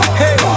hey